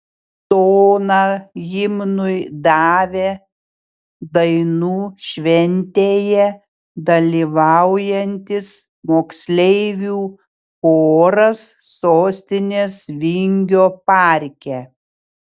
toną himnui davė dainų šventėje dalyvaujantis moksleivių choras sostinės vingio parke